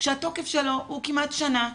והתוקף שלו הוא כמעט שנה.